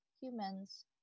humans